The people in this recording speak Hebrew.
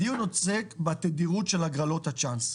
הדיון עוסק בתדירות הגרלות הצ'אנס,